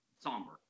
somber